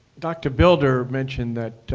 dr. bilder mentioned that